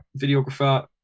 videographer